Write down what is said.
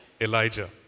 Elijah